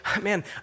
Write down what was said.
man